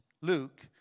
Luke